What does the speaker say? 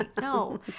no